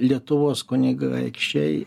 lietuvos kunigaikščiai